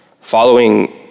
Following